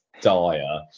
dire